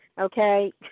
Okay